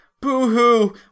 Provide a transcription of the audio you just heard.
boo-hoo